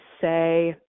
say